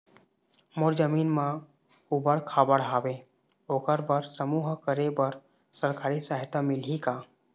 मोर जमीन म ऊबड़ खाबड़ हावे ओकर बर समूह करे बर सरकारी सहायता मिलही का?